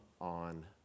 on